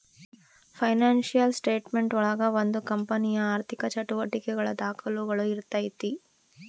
financial statement ಒಳಗ ಒಂದು ಕಂಪನಿಯ ಆರ್ಥಿಕ ಚಟುವಟಿಕೆಗಳ ದಾಖುಲುಗಳು ಇರ್ತೈತಿ